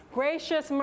gracious